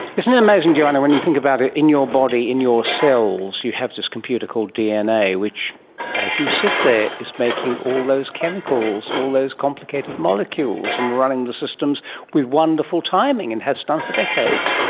isn't it amazing, joanna, when you think about it, in your body, in your cells you have this computer called dna which as you sit there is making all those chemicals, all those complicated molecules and running the systems with wonderful timing and has done for decades.